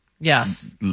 Yes